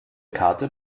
karte